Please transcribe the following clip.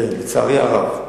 כן, לצערי הרב.